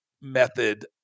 method